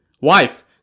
Wife